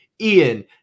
Ian